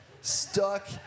stuck